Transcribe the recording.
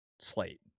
slate